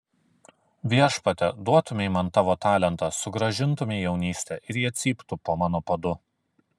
viešpatie duotumei man tavo talentą sugrąžintumei jaunystę ir jie cyptų po mano padu